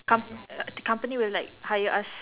com~ err company will like hire us